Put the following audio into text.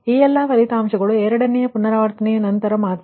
ಈ ಎಲ್ಲಾ ಫಲಿತಾಂಶಗಳು ಎರಡನೇ ಪುನರಾವರ್ತನೆಯ ನಂತರ ಮಾತ್ರ